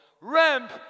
Ramp